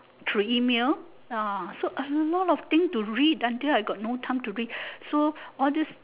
through email ah so a lot of thing to read until I got no time to read so all these